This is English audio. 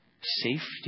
Safety